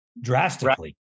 drastically